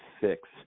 six